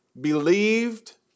believed